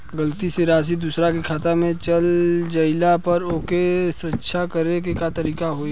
गलती से राशि दूसर के खाता में चल जइला पर ओके सहीक्ष करे के का तरीका होई?